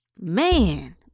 man